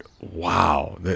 wow